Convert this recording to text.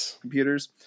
computers